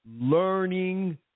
learning